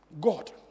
god